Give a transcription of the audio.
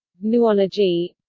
noology